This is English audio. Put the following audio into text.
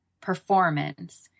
performance